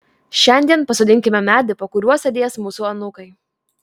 šiandien pasodinkime medį po kuriuo sėdės mūsų anūkai